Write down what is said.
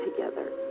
together